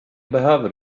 behöver